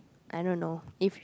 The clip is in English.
I don't know if